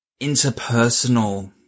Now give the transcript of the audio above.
interpersonal